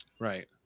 right